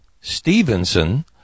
Stevenson